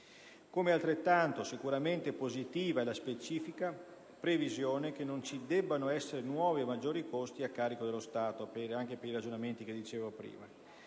costi. Altrettanto positiva è la specifica previsione che non ci debbano essere nuovi o maggiori costi a carico dello Stato, anche per i motivi che esponevo prima.